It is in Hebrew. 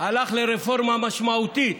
הלך לרפורמה משמעותית.